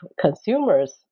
consumers